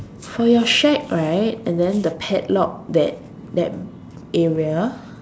for your shack right and then the padlock that that area